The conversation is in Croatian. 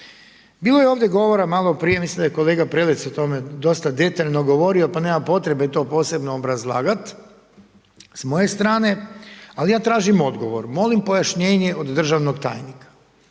Bilo je ovdje govora malo prije, mislim da je kolega Prelec o tome dosta detaljno govorio pa nema potrebe to posebno obrazlagati, s moje strane, ali ja tražim odgovor. Molim pojašnjenje od državnog tajnika,